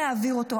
להעביר אותו,